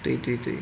对对对